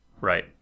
Right